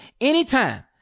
anytime